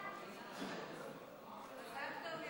חוק זכויות